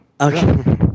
Okay